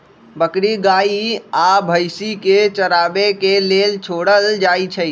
बकरी गाइ आ भइसी के चराबे के लेल छोड़ल जाइ छइ